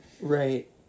Right